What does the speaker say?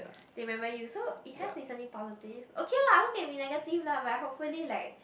remember you so it has its only positive okay lah also can be negative lah but hopefully like